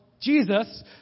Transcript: jesus